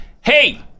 hey